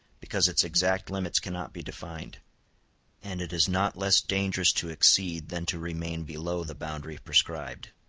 because its exact limits cannot be defined and it is not less dangerous to exceed than to remain below the boundary prescribed.